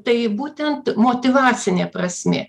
tai būtent motyvacinė prasmė